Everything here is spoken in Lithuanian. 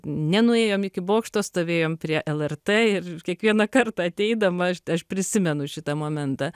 nenuėjom iki bokšto stovėjom prie lrt ir kiekvieną kartą ateidama aš aš prisimenu šitą momentą